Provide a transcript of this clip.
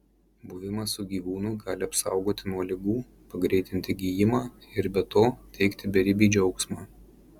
buvimas su gyvūnu gali apsaugoti nuo ligų pagreitinti gijimą ir be to teikti beribį džiaugsmą